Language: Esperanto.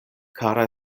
kara